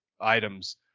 items